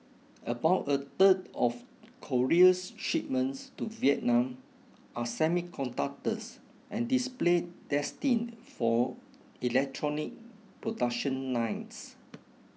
about a third of Korea's shipments to Vietnam are semiconductors and displays destined for electronic production lines